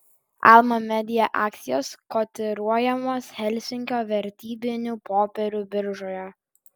alma media akcijos kotiruojamos helsinkio vertybinių popierių biržoje